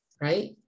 right